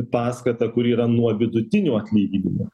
paskatą kuri yra nuo vidutinio atlyginimo